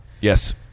Yes